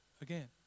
again